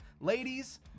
Ladies